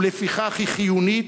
ולפיכך היא חיונית,